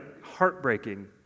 heartbreaking